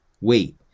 Wait